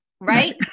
Right